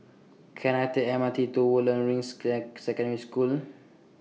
Can I Take M R T to Woodlands Ring Secondary School